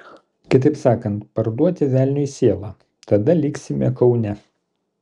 kitaip sakant parduoti velniui sielą tada liksime kaune